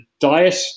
diet